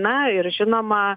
na ir žinoma